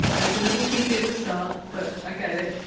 s a little cheesy at the start, but i get it.